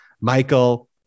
Michael